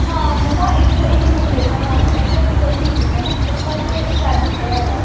ਹਾਂ ਮੰਮਾ ਇੱਕ ਇੱਕ ਰੂਮਮੇਟ ਹੈ ਨਾਲ ਠੀਕ ਹੈ ਮੰਮਾ ਪੱਖਾ ਅਤੇ ਫੈਨ ਵੀ ਦਿੱਤਾ ਹੋਇਆ ਵਾ